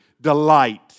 delight